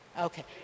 Okay